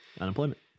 Unemployment